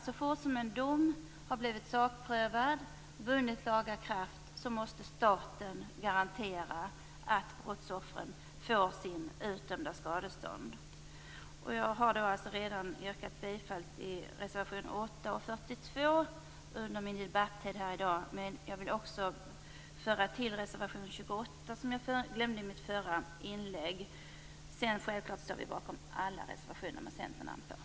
Så fort som ett mål har blivit sakprövat och domen har vunnit laga kraft måste staten garantera att brottsoffren får det utdömda skadeståndet. Jag har redan yrkat bifall till reservation 8 och 42 tidigare i debatten i dag. Men jag vill även tillföra reservation 28, som jag glömde i mitt förra inlägg. Självfallet står vi bakom alla reservationer med Centerns namn.